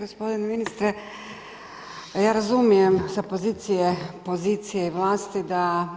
Gospodine ministre ja razumijem sa pozicije pozicije i vlasti da